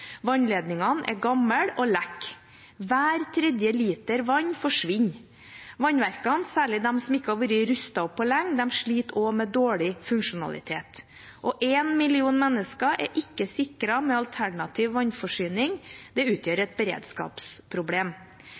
Vannledningene er gamle og lekk. Hver tredje liter vann forsvinner. Vannverkene, særlig de som ikke har vært rustet opp på lenge, sliter med dårlig funksjonalitet. 1 million mennesker er ikke sikret med alternativ vannforsyning, og det utgjør et beredskapsproblem.